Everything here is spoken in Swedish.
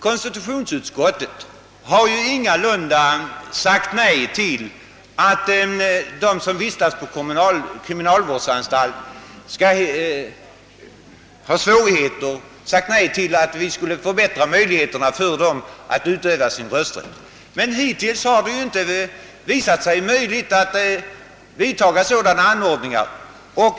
Konstitutionsutskottet har ingalunda sagt nej till förslaget att vi skulle förbättra möjligheterna för dem som vistas på kriminalvårdsanstalt att utöva sin rösträtt. Hittills har det emellertid inte visat sig möjligt att vidtaga sådana anordningar.